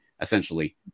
essentially